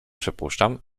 przypuszczam